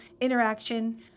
interaction